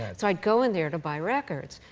so i'd go in there to buy records,